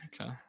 okay